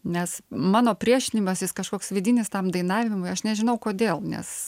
nes mano priešinimasis kažkoks vidinis tam dainavimui aš nežinau kodėl nes